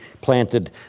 planted